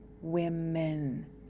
women